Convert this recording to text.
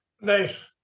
Nice